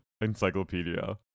encyclopedia